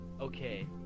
Okay